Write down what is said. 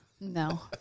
No